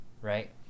right